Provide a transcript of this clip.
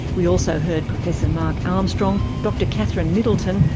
we also heard professor mark armstrong, dr catherine middleton,